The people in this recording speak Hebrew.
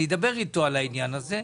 אני אדבר איתו על העניין הזה.